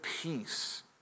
peace